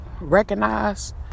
recognize